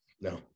no